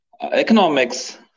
economics